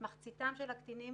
מחציתם של הקטינים